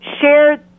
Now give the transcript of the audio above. shared